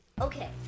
Okay